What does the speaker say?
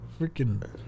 Freaking